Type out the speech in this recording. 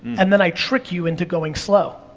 and then i trick you into going slow.